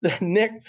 Nick